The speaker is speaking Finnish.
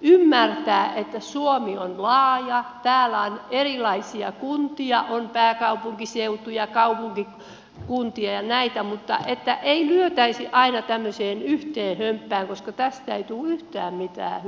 ymmärtää että suomi on laaja täällä on erilaisia kuntia on pääkaupunkiseutu ja kaupunkikuntia ja näitä mutta ei lyötäisi aina tämmöiseen yhteen hömppään koska tästä ei tule yhtään mitään hyvää